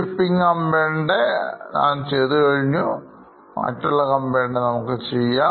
GE shipping കമ്പനിയുടെ നാം ചെയ്തു കഴിഞ്ഞു മറ്റുള്ള കമ്പനികളുടെ ചെയ്യണം